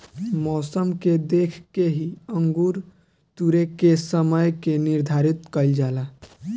मौसम के देख के ही अंगूर तुरेके के समय के निर्धारित कईल जाला